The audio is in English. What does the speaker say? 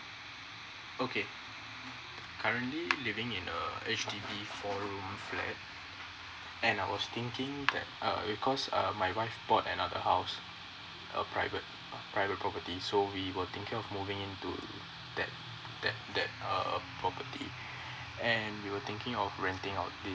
okay currently living in uh H_D_B four room flat and I was thinking that err because err my wife bought another house uh private private property so we were thinking of moving into that that that uh property and we were thinking of renting out the